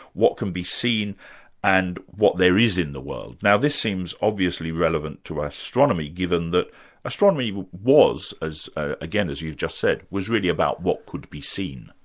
what can be seen and what there is in the world. now this seems obviously relevant to ah astronomy, given that astronomy was, as again you've just said, was really about what could be seen.